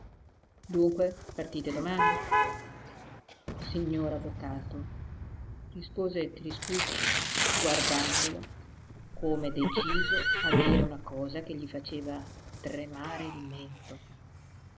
dunque partite domani signor avvocato rispose crispucci guardandolo come deciso a dire una cosa che gli faceva tremare il mento